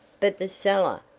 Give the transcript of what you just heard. but the cellar,